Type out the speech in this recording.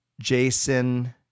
Jason